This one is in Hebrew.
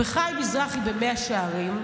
חיים מזרחי במאה שערים,